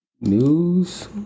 news